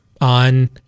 on